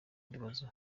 bibazo